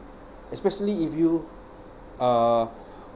especially if you uh